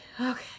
Okay